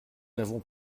n’avons